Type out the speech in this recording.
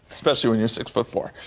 especially when you're six foot four.